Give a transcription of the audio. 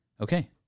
Okay